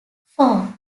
four